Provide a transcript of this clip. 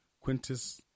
Quintus